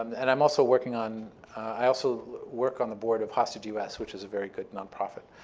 and i'm also working on i also work on the board of hostage us, which is a very good nonprofit